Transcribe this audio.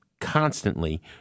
constantly